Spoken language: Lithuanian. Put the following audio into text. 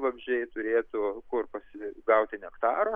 vabzdžiai turėtų kur pasigauti nektaro